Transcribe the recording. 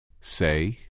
Say